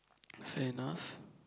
fair enough